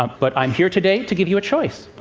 um but i'm here today to give you a choice.